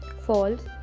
False